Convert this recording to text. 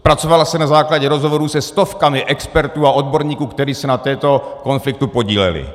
Zpracovala se na základě rozhovorů se stovkami expertů a odborníků, kteří se na tomto konfliktu podíleli.